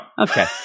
okay